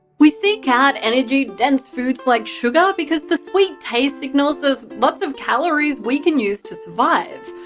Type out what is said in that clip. we seek out energy-dense foods like sugar because the sweet taste signals there's lots of calories we can use to survive.